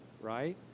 right